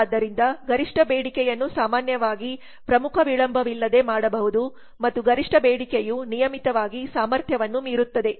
ಆದ್ದರಿಂದ ಗರಿಷ್ಠ ಬೇಡಿಕೆಯನ್ನು ಸಾಮಾನ್ಯವಾಗಿ ಪ್ರಮುಖ ವಿಳಂಬವಿಲ್ಲದೆ ಮಾಡಬಹುದು ಮತ್ತು ಗರಿಷ್ಠ ಬೇಡಿಕೆಯು ನಿಯಮಿತವಾಗಿ ಸಾಮರ್ಥ್ಯವನ್ನು ಮೀರುತ್ತದೆ